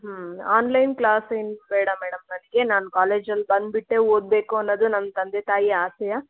ಹ್ಞೂ online class ಏನು ಬೇಡ ಮೇಡಮ್ ಅದಕ್ಕೆ ನಾನು ಕಾಲೇಜ್ ಅಲ್ಲಿ ಬಂದ್ಬಿಟ್ಟೆ ಓದಬೇಕು ಅನ್ನೋದು ನಮ್ಮ ತಂದೆ ತಾಯಿ ಆಸೆ